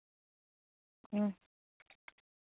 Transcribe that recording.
ᱦᱮᱸ